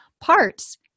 parts